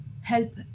help